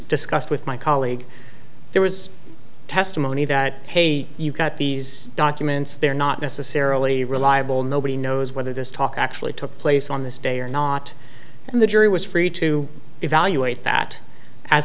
discussed with my colleague there was testimony that hey you got these documents they're not necessarily reliable nobody knows whether this talk actually took place on this day or not and the jury was free to evaluate that as